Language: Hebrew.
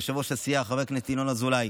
ליושב-ראש הסיעה חבר הכנסת ינון אזולאי,